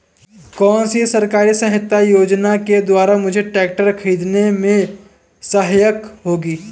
कौनसी सरकारी सहायता योजना के द्वारा मुझे ट्रैक्टर खरीदने में सहायक होगी?